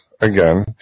again